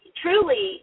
truly